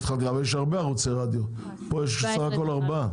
אבל יש הרבה ערוצי רדיו, פה יש סך הכול ארבעה.